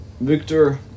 victor